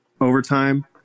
overtime